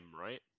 right